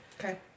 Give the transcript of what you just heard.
Okay